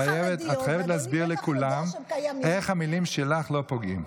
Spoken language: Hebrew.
את חייבת להסביר לכולם איך המילים שלך לא פוגעות.